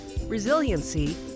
Resiliency